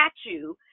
statue